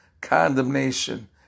condemnation